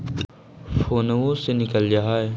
फोनवो से निकल जा है?